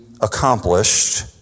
accomplished